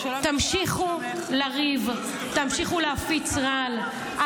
תמשיכו לריב, תמשיכו להפיץ רעל.